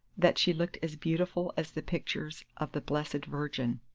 that she looked as beautiful as the pictures of the blessed virgin.